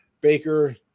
Baker